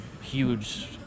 huge